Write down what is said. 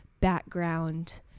background